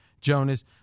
Jonas